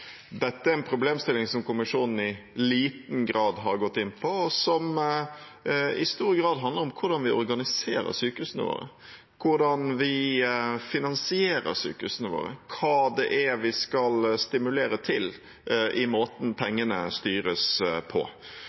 Dette er en problemstilling som kommisjonen i liten grad har gått inn på, og som i stor grad handler om hvordan vi organiserer sykehusene våre, hvordan vi finansierer sykehusene våre, hva det er vi skal stimulere til i måten pengene styres på.